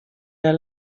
der